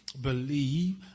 believe